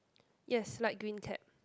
yes like green cat